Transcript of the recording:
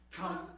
Come